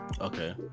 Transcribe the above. Okay